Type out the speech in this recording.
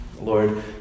Lord